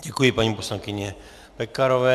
Děkuji paní poslankyni Pekarové.